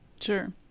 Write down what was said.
Sure